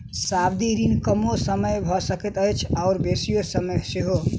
सावधि ऋण कमो समयक भ सकैत अछि आ बेसी समयक सेहो